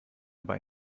aber